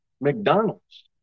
McDonald's